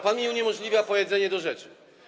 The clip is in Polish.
Pan mi uniemożliwia powiedzenie do rzeczy.